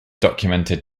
documented